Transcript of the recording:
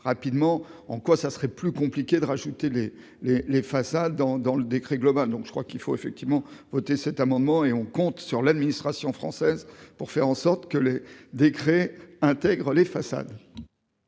rapidement en quoi ça serait plus compliqué de rajouter les, les, les façades dans dans le décret global, donc je crois qu'il faut effectivement voté cet amendement et on compte sur l'administration française pour faire en sorte que les décrets intègre les façades.